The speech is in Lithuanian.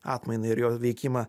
atmainą ir jo veikimą